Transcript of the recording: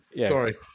Sorry